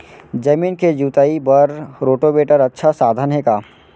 जमीन के जुताई बर रोटोवेटर अच्छा साधन हे का?